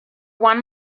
one